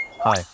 Hi